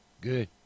Good